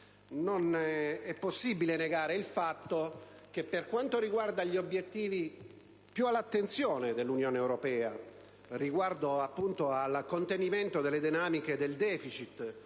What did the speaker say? Non è possibile negare e contestare il fatto che, per quanto riguarda gli obiettivi più all'attenzione dell'Unione europea, riguardanti il contenimento delle dinamiche del deficit